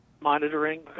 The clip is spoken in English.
monitoring